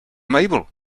mabel